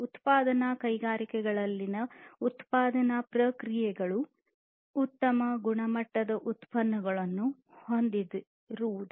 ಉತ್ಪಾದನಾ ಕೈಗಾರಿಕೆಗಳಲ್ಲಿನ ಉತ್ಪಾದನಾ ಪ್ರಕ್ರಿಯೆಗಳು ಉತ್ತಮ ಗುಣಮಟ್ಟದ ಉತ್ಪನ್ನಗಳನ್ನು ಹೊಂದಿರುವುದು